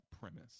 premise